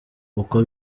uko